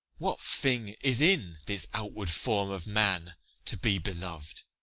what thing is in this outward form of man to be belov'd?